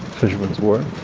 fisherman's wharf,